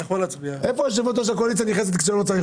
מבחינתי אני מושך את הרוויזיה כי אני סומך